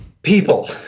People